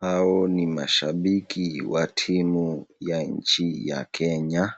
Hao ni mashabiki wa timu ya nchi ya Kenya,